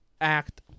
act